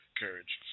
courage